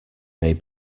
may